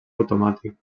automàtic